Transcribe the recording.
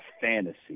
fantasy